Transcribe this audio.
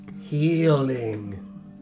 Healing